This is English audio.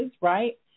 right